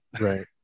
Right